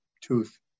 tooth